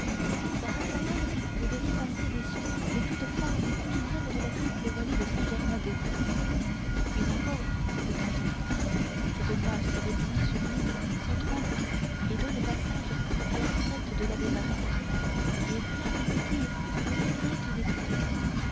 par intervalles vous voyez passer des sons de toute forme qui viennent de la triple volée de saint-germain-des-prés puis encore de temps en temps cette masse de bruits sublimes s'entr'ouvre et donne passage à la strette de lave maria qui éclate et pétille comme une aigrette d'étoiles